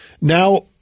now